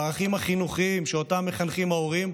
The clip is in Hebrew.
בערכים החינוכיים שלהם מחנכים ההורים,